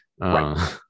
Right